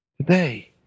Today